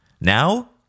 Now